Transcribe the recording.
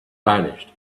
vanished